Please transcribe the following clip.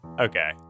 okay